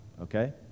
Okay